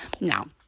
Now